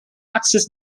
axis